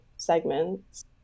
segments